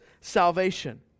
salvation